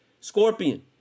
Scorpion